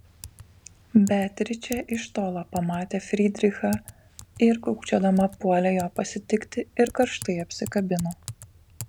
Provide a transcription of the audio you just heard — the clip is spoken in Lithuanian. beatričė iš tolo pamatė frydrichą ir kūkčiodama puolė jo pasitikti ir karštai apsikabino